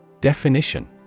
Definition